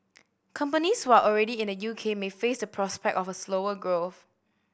companies who are already in the U K may face the prospect of a slower growth